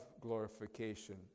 glorification